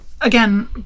again